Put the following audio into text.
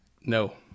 No